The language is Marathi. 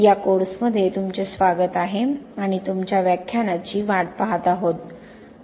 या कोर्समध्ये तुमचे स्वागत आहे आणि तुमच्या व्याख्यानाची वाट पाहत आहोत